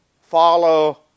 follow